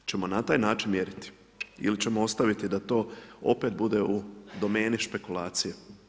Hoćemo na taj način mjeriti ili ćemo ostaviti da to opet bude u domeni špekulacije?